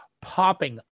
popping